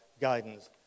guidance